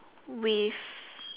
with